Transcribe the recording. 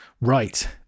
right